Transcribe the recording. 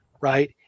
right